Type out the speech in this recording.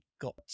got